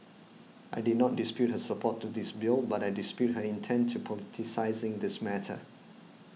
I did not dispute her support to this bill but I dispute her intent in politicising this matter